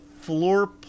floor